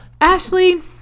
ashley